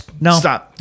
No